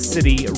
City